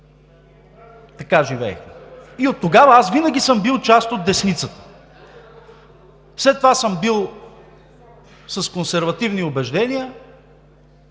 Така живеехме. И оттогава аз винаги съм бил част от десницата. След това съм бил с консервативни убеждения.